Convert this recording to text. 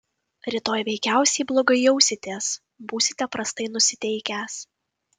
rytoj veikiausiai blogai jausitės būsite prastai nusiteikęs